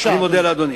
אני מודה לאדוני.